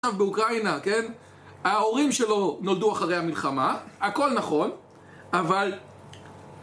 עכשיו באוקראינה, כן, ההורים שלו נולדו אחרי המלחמה, הכל נכון, אבל